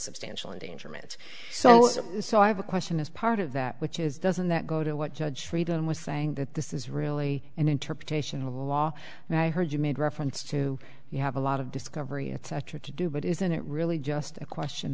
substantial endangerment so so i have a question as part of that which is doesn't that go to what judge freedom was saying that this is really an interpretation of the law and i heard you made reference to you have a lot of discovery etc to do but isn't it really just a question